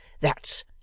That's